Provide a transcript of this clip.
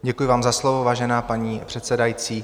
Děkuji vám za slovo, vážená paní předsedající.